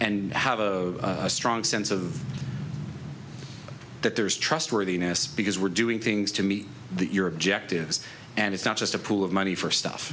and have a strong sense of that there's trustworthiness because we're doing things to meet your objectives and it's not just a pool of money for stuff